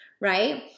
right